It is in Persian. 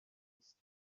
است